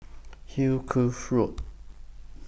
Hill Curve Road